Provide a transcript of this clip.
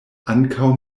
ankaŭ